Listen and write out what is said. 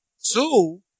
Two